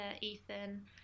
Ethan